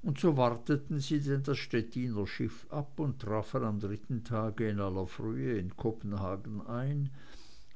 und so warteten sie denn das stettiner schiff ab und trafen am dritten tag in aller frühe in kopenhagen ein